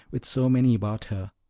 with so many about her,